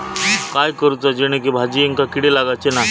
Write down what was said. काय करूचा जेणेकी भाजायेंका किडे लागाचे नाय?